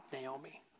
Naomi